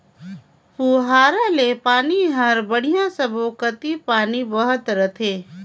पुहारा ले पानी हर बड़िया सब्बो कति पानी बहत रथे